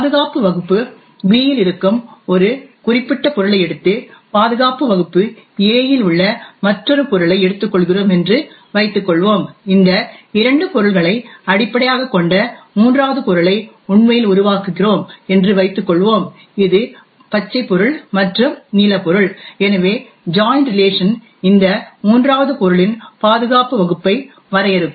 பாதுகாப்பு வகுப்பு B இல் இருக்கும் ஒரு குறிப்பிட்ட பொருளை எடுத்து பாதுகாப்பு வகுப்பு A இல் உள்ள மற்றொரு பொருளை எடுத்துக்கொள்கிறோம் என்று வைத்துக்கொள்வோம் இந்த இரண்டு பொருள்களை அடிப்படையாகக் கொண்ட மூன்றாவது பொருளை உண்மையில் உருவாக்குகிறோம் என்று வைத்துக்கொள்வோம் இது பச்சை பொருள் மற்றும் நீல பொருள் எனவே ஜாய்ன் ரிலேஷன் இந்த மூன்றாவது பொருளின் பாதுகாப்பு வகுப்பை வரையறுக்கும்